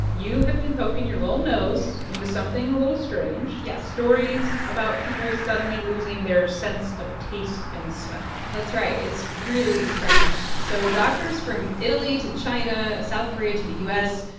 you have been poking your little nose into something a little strange. yes. stories about people suddenly losing their sense of taste and smell that's right. it's really strange. so doctors from italy to china, south korea to the u s.